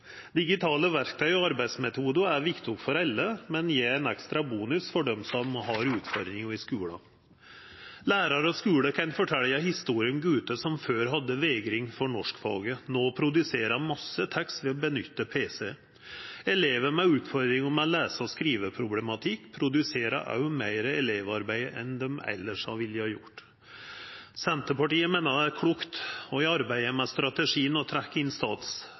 Digitale verktøy og arbeidsmetodar er viktige for alle, men gjev ein ekstra bonus for dei som har utfordringar i skulen. Lærarar og skular kan fortelja historier om gutar som før hadde vegring for norskfaget, som no produserer masse tekst ved å nytta pc. Elevar med utfordringar med lese- og skriveproblematikk produserer òg meir elevarbeid enn dei elles ville gjort. Senterpartiet meiner det er klokt i arbeidet med strategien å trekkja inn Statped og